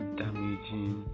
damaging